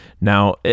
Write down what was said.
Now